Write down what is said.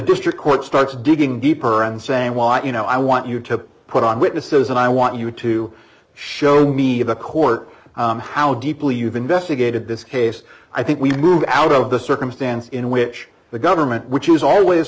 district court starts digging deeper and saying why you know i want you to put on witnesses and i want you to show me of a court how deeply you've investigated this case i think we've moved out of the circumstance in which the government which is always